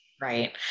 Right